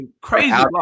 crazy